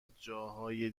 جاهای